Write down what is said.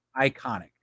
Iconic